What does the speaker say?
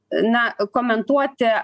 na komentuoti